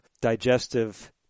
digestive